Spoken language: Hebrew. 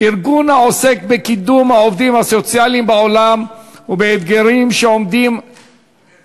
ארגון העוסק בקידום העובדים הסוציאליים בעולם ובאתגרים הייחודיים